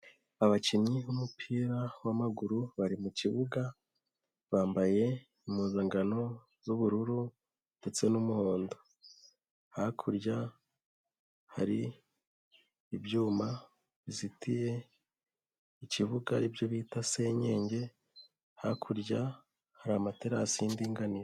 Abakinnyi b'umupira w'amaguru, bari mu kibuga bambaye impuzanngano z'ubururu ndetse n'umuhondo, hakurya hari ibyuma bizitiye ikibuga, ibyo bita senyenge, hakurya hari amaterasi y'indinganire.